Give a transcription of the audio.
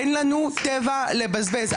אין לנו טבע לבזבז,